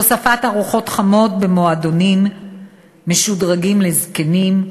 הוספת ארוחות חמות במועדונים משודרגים לזקנים,